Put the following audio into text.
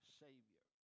savior